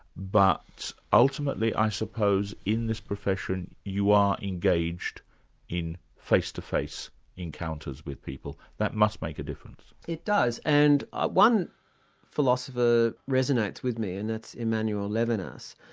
but ultimately i suppose in this profession, you are engaged in face-to-face encounters with people. that must make a difference. it does, and one philosopher resonates with me and that's emmanuel levinas,